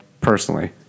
personally